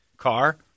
car